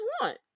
want